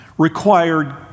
required